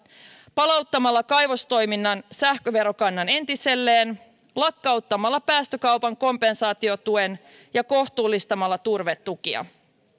palauttamalla kaivostoiminnan sähköverokannan entiselleen lakkauttamalla päästökaupan kompensaatiotuen ja kohtuullistamalla turvetukia